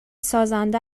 سازنده